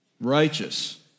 righteous